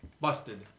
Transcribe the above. Busted